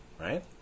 right